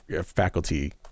faculty